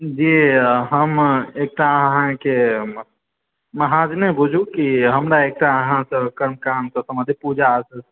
जी हम एकटा अहाँके महाजने बुझू कि हमरा अहाँसे एकटा कर्मकाण्ड से सम्बन्धित पूजा